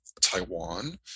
Taiwan